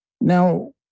Now